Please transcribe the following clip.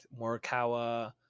Morikawa